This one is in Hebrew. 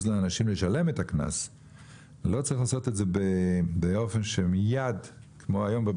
לאנשים לשלם את הקנס לא צריך לעשות את זה באופן כמו שהיום,